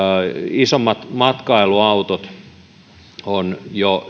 isommat matkailuautot ovat jo